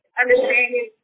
understanding